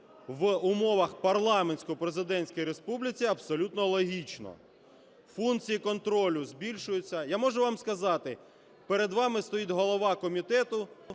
в умовах парламентсько-президентської республіки, абсолютно логічна. Функції контролю збільшуються. Я можу вам сказати: перед вами стоїть голова комітету,